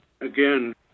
again